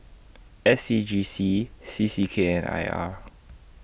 S C G C C C K and I R